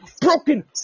broken